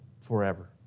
forever